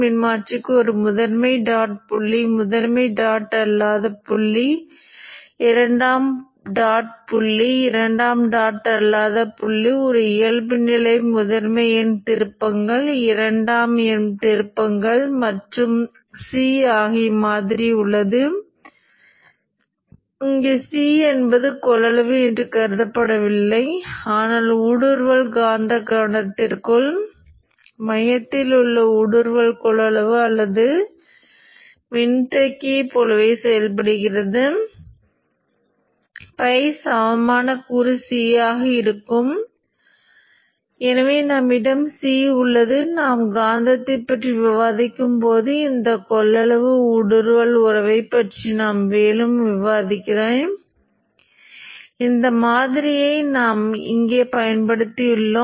நீங்கள் பார்க்கும் நேரத்தில் எல்லா இடங்களிலும் அது இயங்கும் அது இப்படித்தான் போக வேண்டும் அது போனவுடன் காந்தமாக்கும் மின்னோட்டம் ஃபாரடேஸ் சட்டம் மூலம் அப்படியே உயர்ந்து விட்டது என்பதையும் கவனத்தில் கொள்ள வேண்டும் மற்றொரு அடிப்படை உறவு உள்ளது இந்த Np மையத்திற்குள் உள்ள ஃப்ளக்ஸ் மிகவும் முதன்மையான உறவு